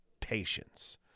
Patience